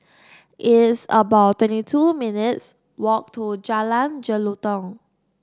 it's about twenty two minutes' walk to Jalan Jelutong